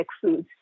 foods